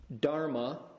Dharma